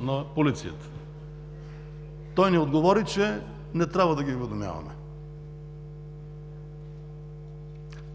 на полицията. Той ни отговори, че не трябва да ги уведомяваме.